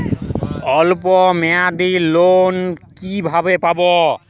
অল্প মেয়াদি লোন কিভাবে পাব?